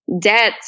debt